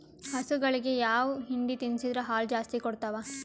ಹಸುಗಳಿಗೆ ಯಾವ ಹಿಂಡಿ ತಿನ್ಸಿದರ ಹಾಲು ಜಾಸ್ತಿ ಕೊಡತಾವಾ?